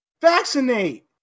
vaccinate